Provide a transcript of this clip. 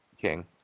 King